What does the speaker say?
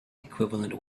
equivalent